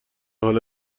حالا